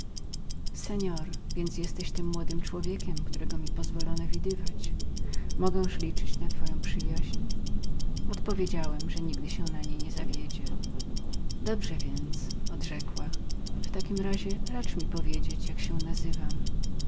seor więc jesteś tym młodym człowiekiem którego mi pozwolono widywać mogęż liczyć na twoją przyjaźń odpowiedziałem że nigdy się na niej nie zawiedzie dobrze więc rzekła w takim razie racz mi powiedzieć jak się nazywam